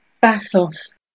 bathos